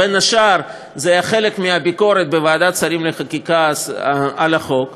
ובין השאר זה היה חלק מהביקורת בוועדת שרים לחקיקה על החוק,